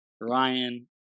Ryan